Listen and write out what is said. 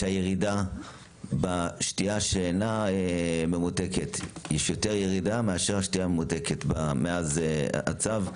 שיש יותר ירידה בשתייה שאינה ממותקת מאשר בשתייה הממותקת מאז הצו.